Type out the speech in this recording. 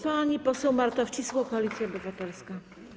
Pani poseł Marta Wcisło, Koalicja Obywatelska.